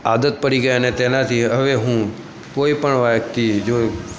આદત પડી ગઈ અને તેનાથી હવે હું કોઈપણ વ્યક્તિ જો